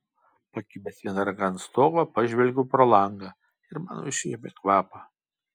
pakibęs viena ranka ant stogo pažvelgiau pro langą ir man užėmė kvapą